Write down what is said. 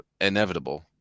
inevitable